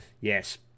yes